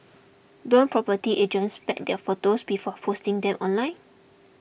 don't property agents vet their photos before posting them online